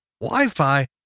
Wi-Fi